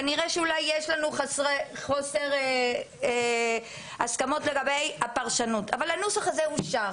כנראה שאולי יש לנו חוסר הסכמות לגבי הפרשנות אבל הנוסח הזה אושר.